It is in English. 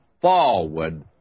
forward